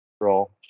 roll